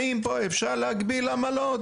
האם פה אפשר להגביל עמלות?